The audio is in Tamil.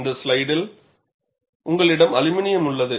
இந்த ஸ்லைடில் உங்களிடம் அலுமினியம் உள்ளது